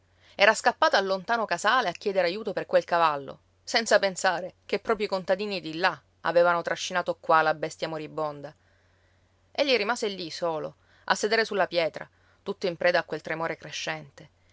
era scappata al lontano casale a chiedere ajuto per quel cavallo senza pensare che proprio i contadini di là avevano trascinato qua la bestia moribonda egli rimase lì solo a sedere sulla pietra tutto in preda a quel tremore crescente